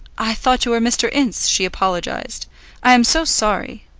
i thought you were mr. ince, she apologized i am so sorry.